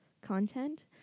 content